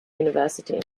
university